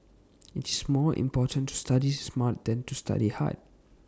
IT is more important to study smart than to study hard